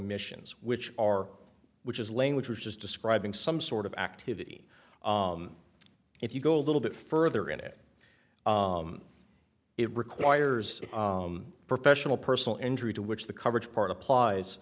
missions which are which is language which is describing some sort of activity if you go a little bit further in it it requires professional personal injury to which the coverage part applies